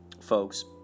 Folks